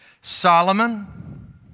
Solomon